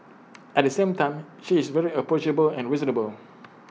at the same time she is very approachable and reasonable